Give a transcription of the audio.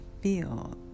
feel